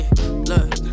look